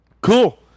Cool